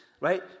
right